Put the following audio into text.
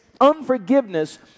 unforgiveness